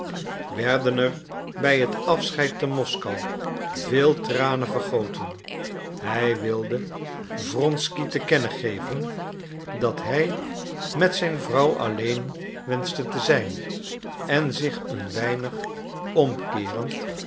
werden er bij het afscheid te moskou veel tranen vergoten hij wilde wronsky te kennen geven dat hij met zijn vrouw alleen wenschte te zijn en zich een weinig omkeerend